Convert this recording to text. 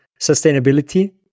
sustainability